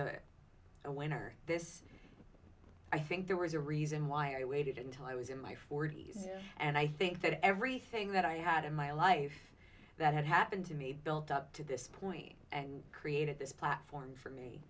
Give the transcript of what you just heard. is a win or this i think there was a reason why i waited until i was in my forty's and i think that everything that i had in my life that had happened to me built up to this point and created this platform for me